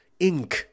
Inc